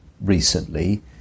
recently